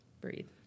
Breathe